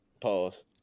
Pause